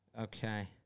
Okay